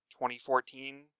2014